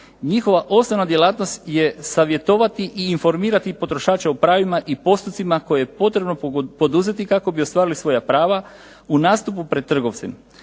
Njihova osnovna djelatnost je savjetovati i informirati potrošače u pravima i postocima koje je potrebno poduzeti kako bi ostvarili svoja prava u nastupu pred trgovcima.